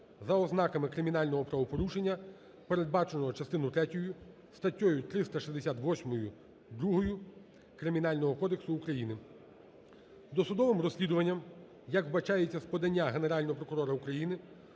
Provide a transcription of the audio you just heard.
за ознаками кримінального правопорушення, передбаченого частиною третьою статтею 368-2 Кримінального кодексу України. Досудовим розслідуванням, як вбачається з подання Генерального прокурора України,